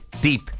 deep